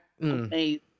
Amazing